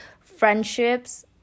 friendships